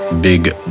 Big